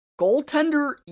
goaltender